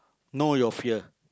know your fear